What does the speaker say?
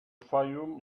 fayoum